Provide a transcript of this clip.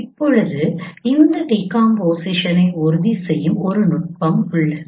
இப்போது இந்த டீகாம்போசிஷனை உறுதி செய்யும் ஒரு நுட்பம் உள்ளது